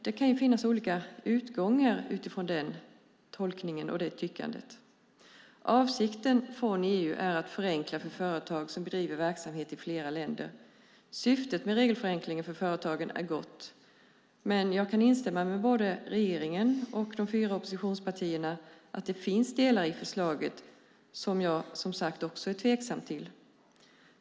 Det kan finnas olika utgångar utifrån den tolkningen och det tyckandet. Avsikten från EU är att förenkla för företag som bedriver verksamhet i flera länder. Syftet med regelförenklingen för företagen är gott. Jag kan instämma med både regeringen och de fyra oppositionspartierna. Det finns delar i förslaget som också jag är tveksam till.